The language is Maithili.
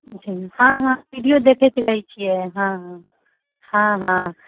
अच्छा हँ हँ वीडियो देखैत रहैत छियै हँ हँ हँ हँ